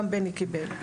גם בני קיבל.